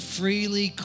freely